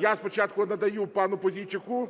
я спочатку надаю пану Пузійчуку.